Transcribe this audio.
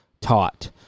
taught